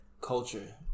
culture